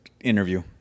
Interview